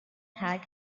had